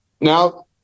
Now